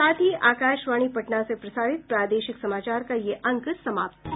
इसके साथ ही आकाशवाणी पटना से प्रसारित प्रादेशिक समाचार का ये अंक समाप्त हुआ